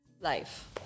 life